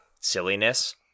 silliness